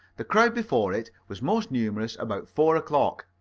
the crowd before it was most numerous about four o'clock,